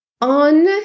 on